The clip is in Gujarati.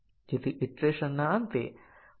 તેથી ટેસ્ટીંગ ના કેટલાક કેસો નિરર્થક બની જાય છે